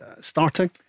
starting